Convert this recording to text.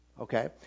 okay